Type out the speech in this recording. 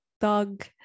dog